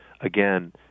again